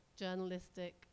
journalistic